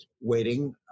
waiting